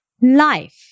life